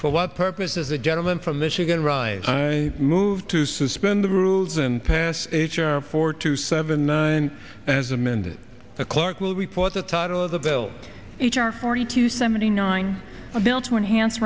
for what purpose does the gentleman from michigan arise i move to suspend the rules and pass h r four to seven nine as amended the clerk will report the title of the bill h r forty two seventy nine a bill to enhance